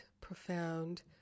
profound